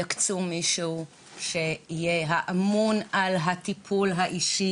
יקצו מישהו שיהיה אמון על הטיפול האישי,